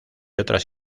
otras